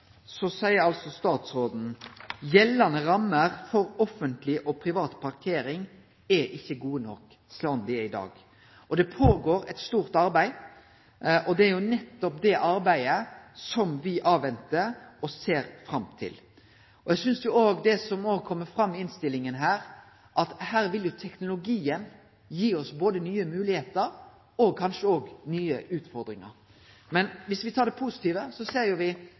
seier statsråden: «Gjeldende rammer for offentlig og privat parkeringsregulering er ikke gode nok.» Det går føre seg eit stort arbeid, og det er nettopp det arbeidet som me ventar på og ser fram til. Eg synest òg det er bra det som kjem fram i innstillinga her, at her vil teknologien gi oss både nye moglegheiter og kanskje nye utfordringar. Dersom me tek det positive, ser